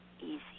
easy